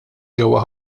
ġewwa